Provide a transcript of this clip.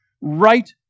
right